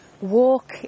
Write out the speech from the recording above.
walk